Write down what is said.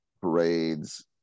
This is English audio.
parades